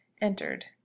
entered